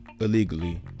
illegally